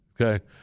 Okay